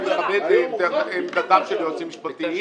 אני מכבד עמדתם של יועצים משפטיים.